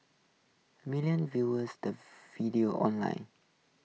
millions viewers the video online